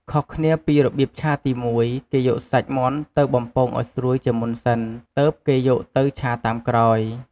ខុសគ្នាពីរបៀបឆាទី១ គេយកសាច់មាន់ទៅបំពងឱ្យស្រួយជាមុនសិន ទើបគេយកទៅឆាតាមក្រោយ។